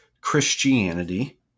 Christianity